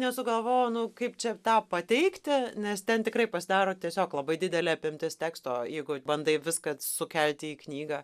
nesugalvojau nu kaip čia tą pateikti nes ten tikrai pasidaro tiesiog labai didelė apimtis teksto jeigu bandai viską sukelti į knygą